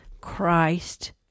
Christ